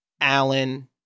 Allen